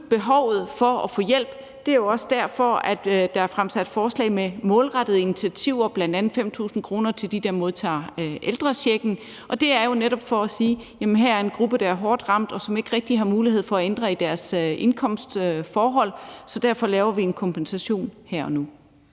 behovet for at få hjælp, og det er jo også derfor, der er fremsat forslag med målrettede initiativer, bl.a. 5.000 kr. til dem, der modtager ældrechecken, og det er jo netop for at sige, at her er en gruppe, som er hårdt ramt, og som ikke rigtig har mulighed for at ændre i deres indkomstforhold, så derfor laver vi en kompensation her og nu.